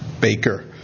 Baker